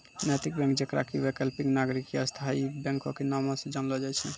नैतिक बैंक जेकरा कि वैकल्पिक, नागरिक या स्थायी बैंको के नामो से जानलो जाय छै